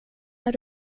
när